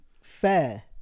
Fair